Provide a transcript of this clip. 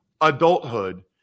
adulthood